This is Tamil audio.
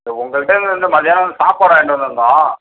உங்கள்ட்ட இருந்து மத்தியானம் சாப்பாடு வாங்கிட்டு வந்திருந்தோம்